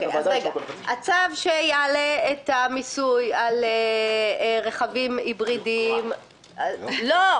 הצו שיעלה את המיסוי על רכבים היברידיים רגע,